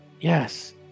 Yes